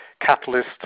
catalyst